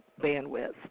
bandwidth